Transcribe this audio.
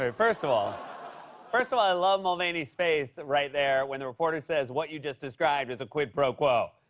um first of all first of all, i love mulvaney's face right there when the reporter says, what you just described is a quid pro quo.